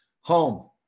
Home